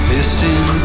Listen